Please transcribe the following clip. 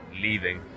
leaving